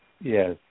Yes